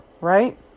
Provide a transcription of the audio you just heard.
Right